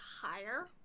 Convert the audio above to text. higher